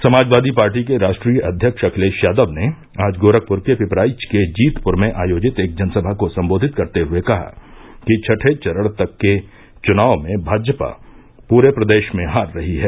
Samajwadi party के राष्ट्रीय अध्यक्ष अखिलेश यादव ने आज गोरखपुर के पिपराइच के जीतपुर में आयोजित एक जनसभा को सम्बोधित करते हये कहा कि छठें चरण तक के चुनाव में भाजपा पूरे प्रदेश में हार रही है